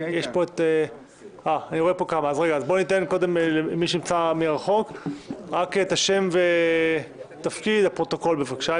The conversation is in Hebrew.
אני רק רוצה להעמיד את הסכומים בפרופורציה.